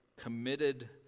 committed